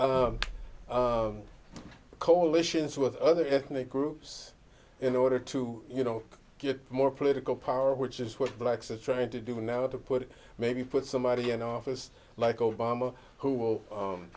speak coalitions with other ethnic groups in order to you know get more political power which is what blacks are trying to do now to put maybe put somebody in office like obama who will